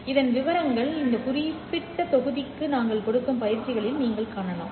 இதன் விவரங்கள் இந்த குறிப்பிட்ட தொகுதிக்கு நாங்கள் கொடுக்கும் பயிற்சிகளில் நீங்கள் காணலாம்